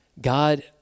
God